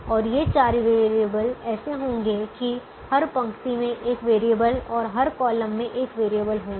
और ये चार वेरिएबल ऐसे होंगे कि हर पंक्ति में एक वेरिएबल और हर कॉलम में एक वेरिएबल होंगे